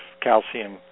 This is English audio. calcium